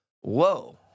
whoa